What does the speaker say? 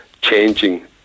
changing